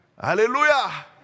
Hallelujah